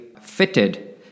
fitted